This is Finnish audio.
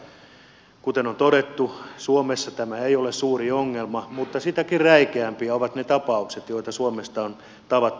vaikka kuten on todettu suomessa tämä ei ole suuri ongelma sitäkin räikeämpiä ovat ne tapaukset joita suomesta on tavattu